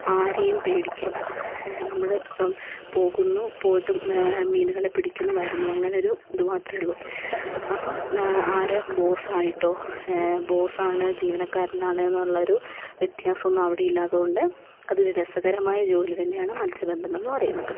ആരെയും പേടിക്കേണ്ട നമ്മൾ പോകുന്നു പോയിട്ട് മീനുകളെ പിടിക്കുന്നു വരുന്നു അങ്ങനെ ഒരു ഇത് മാത്രമേ ഉള്ളു അപ്പം ആരും ബോസായിട്ടോ ബോസാണ് ജീവനക്കാരനാണ് എന്നുള്ളൊരു വ്യത്യാസമൊന്നും അവിടെ ഇല്ല അതുകൊണ്ട് അതൊരു രസകരമായ ജോലി തന്നെയാണ് മത്സ്യബന്ധനം എന്നു പറയുന്നത്